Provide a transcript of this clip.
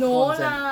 go onsen ah